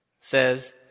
says